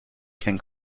can